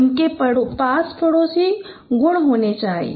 उनके पास पड़ोसी गुण होने चाहिए